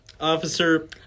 officer